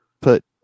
put